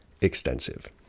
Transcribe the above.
extensive